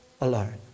alone